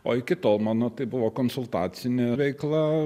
o iki tol mano tai buvo konsultacinė veikla